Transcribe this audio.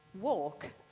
walk